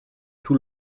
tout